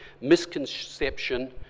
misconception